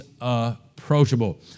approachable